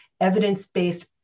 evidence-based